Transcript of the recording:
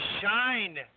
Shine